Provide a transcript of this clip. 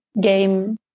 game